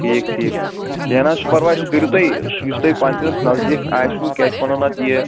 ٹھیٖک ٹھیٖک کیٚنٛہہ نہ حظ چھُ پرواے سُہ کٔرِو تُہۍ یُس تۄہہِ پنہٕ نِس نٔزدیک آسِوٕ کیٛاہ چھُ وَنان اَتھ یہِ